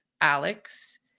Alex